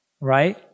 right